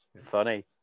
funny